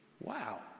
Wow